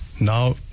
Now